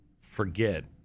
forget